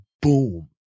boom